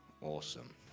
Awesome